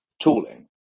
tooling